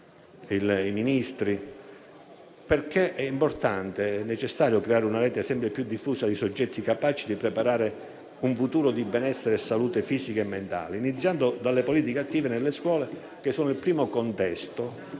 i Ministri. È importante e necessario creare una rete sempre più diffusa di soggetti capaci di preparare un futuro di benessere e salute fisica e mentale, iniziando dalle politiche attive nelle scuole, che sono il primo contesto